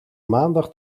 maandag